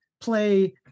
play